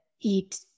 eat